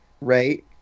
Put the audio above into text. right